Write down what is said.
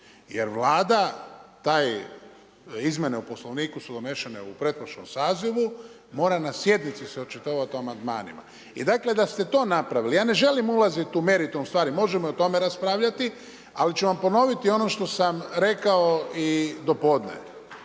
jer Vlada taj izmjene o Poslovniku su donešene u pretprošlom sazivu, mora na sjednici se očitovati o amandmanima. I dakle da ste to napravili, ja ne želim ulaziti u meritum stvari, možemo i o tome raspravljati ali ću vam ponoviti ono što sam rekao i do podne.